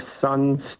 son's